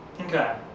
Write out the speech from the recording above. Okay